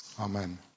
Amen